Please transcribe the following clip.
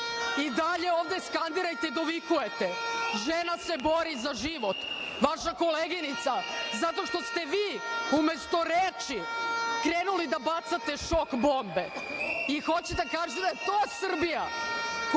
I dalje ovde skandirajte i dovikujte. Žena se bori za život, vaša koleginica, zato što ste vi, umesto reči, krenuli da bacate šok bombe. Hoćete da kažete da je to Srbija koja